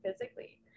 physically